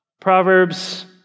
Proverbs